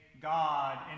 God